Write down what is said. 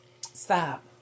stop